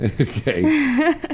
Okay